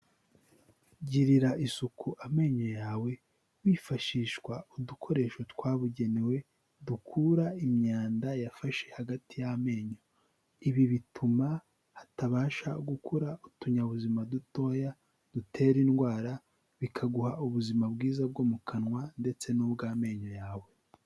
Girira isuku amenyo yawe hifashishwa udukoresho twabugenewe dukura imyanda yafashe hagati y'amenyo, ibi bituma hatabasha gukura utunyabuzima dutoya dutera indwara bikaguha ubuzima bwiza bwo mu kanwa ndetse n'ubw'amenyo yawe.